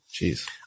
Jeez